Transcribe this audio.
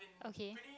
okay